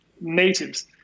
natives